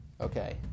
okay